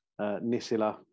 Nisila